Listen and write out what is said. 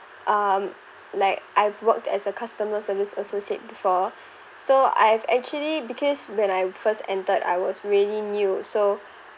um like I've worked to as a customer service associate before so I have actually because when I first entered I was really new so